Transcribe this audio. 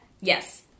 Yes